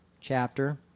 chapter